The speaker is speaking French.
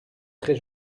très